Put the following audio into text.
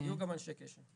יהיו גם אנשי קשר.